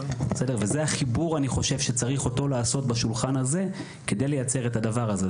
וזה החיבור שצריך לעשות אותו בשולחן הזה כדי לייצר את הדבר הזה.